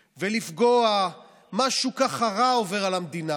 נפגשנו שם עם כל העובדים,